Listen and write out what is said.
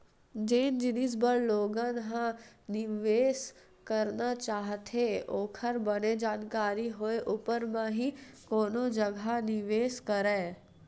जेन जिनिस बर लोगन ह निवेस करना चाहथे ओखर बने जानकारी होय ऊपर म ही कोनो जघा निवेस करय